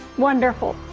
wonderful.